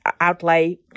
outlay